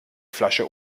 flasche